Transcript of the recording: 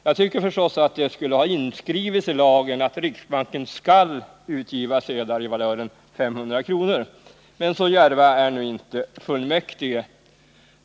Jag tycker förstås att det borde ha inskrivits i lagen att riksbanken skall ge ut sedlar i valören 500 kr., men så djärva är nu inte fullmäktige.